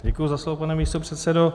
Děkuji za slovo, pane místopředsedo.